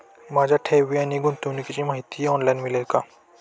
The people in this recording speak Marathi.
माझ्या ठेवी आणि गुंतवणुकीची माहिती ऑनलाइन मिळेल का?